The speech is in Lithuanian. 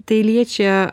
tai liečia